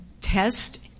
test